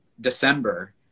December